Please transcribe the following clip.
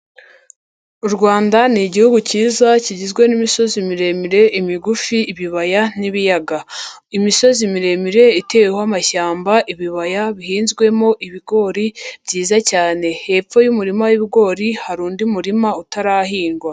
U Rwanda ni igihugu cyiza kigizwe n'imisozi miremire, imigufi, ibibaya, n'ibiyaga. Imisozi miremire iteweho amashyamba, ibibaya bihinzwemo ibigori byiza cyane. Hepfo y'umurima w'ibigori hari undi murima utarahingwa.